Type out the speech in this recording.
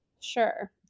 Sure